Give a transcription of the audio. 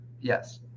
Yes